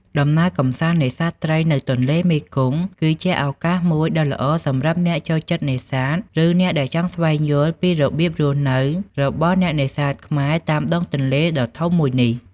ដំណើរកម្សាន្តនេសាទត្រីនៅទន្លេមេគង្គ គឺជាឱកាសមួយដ៏ល្អសម្រាប់អ្នកចូលចិត្តនេសាទ ឬអ្នកដែលចង់ស្វែងយល់ពីរបៀបរស់នៅរបស់អ្នកនេសាទខ្មែរតាមដងទន្លេដ៏ធំមួយនេះ។